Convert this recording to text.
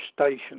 Station